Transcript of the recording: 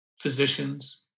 physicians